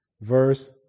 verse